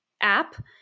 app